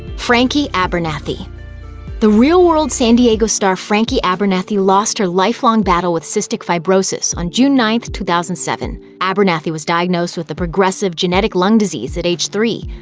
frankie abernathy the real world san diego star frankie abernathy lost her lifelong battle with cystic fibrosis on june nine, two thousand and seven. abernathy was diagnosed with the progressive, genetic lung disease at age three.